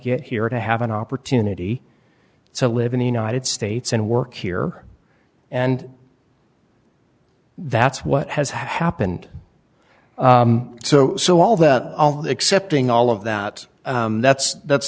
get here or to have an opportunity to live in the united states and work here and that's what has happened so so all that accepting all of that that's that's